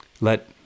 Let